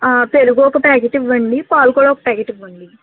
పెరుగు ఒక ప్యాకెట్ ఇవ్వండి పాలు కూడా ఒక ప్యాకెట్ ఇవ్వండి